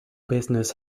business